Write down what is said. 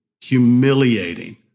humiliating